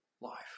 life